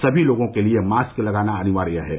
सभी लोगों के लिए मास्क लगाना अनिवार्य रहेगा